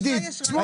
תשמעו,